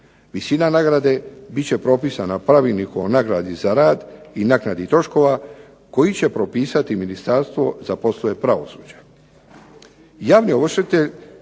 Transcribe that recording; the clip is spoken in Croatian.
Visina nagrade bit će propisana pravilnikom o nagradi za rad i naknadi troškova koji će propisati Ministarstvo za poslove pravosuđa.